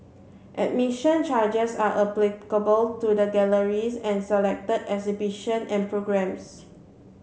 admission charges are applicable to the galleries and selected exhibitions and programmes